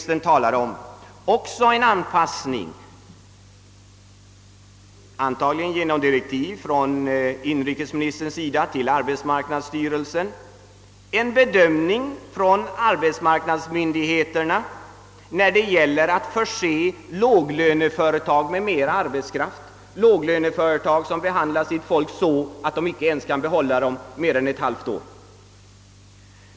tern talade om borde direktiv lämnas från inrikesministern till arbetsmarknadsstyrelsen, att arbetsmarknadsmyndigheterna bör göra en bedömning innan de förser låglöneföretag med mera arbetskraft — låglöneföretag som behandlar sina anställda så att de inte stannar mer än ett halvt år.